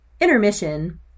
Intermission